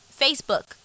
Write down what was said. facebook